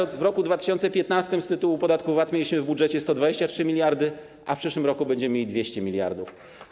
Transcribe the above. Taka, że w roku 2015 z tytułu podatku VAT mieliśmy w budżecie 123 mld, a w przyszłym roku będziemy mieli 200 mld.